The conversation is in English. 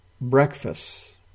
breakfast